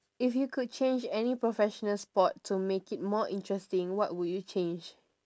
if you could change any professional sport to make it more interesting what would you change